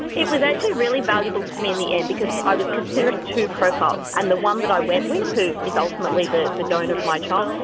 it was actually really valuable for me in the end because i was considering two profiles, and the one that i went with, who is ultimately the the donor of my child,